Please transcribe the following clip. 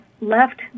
left